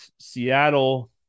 Seattle –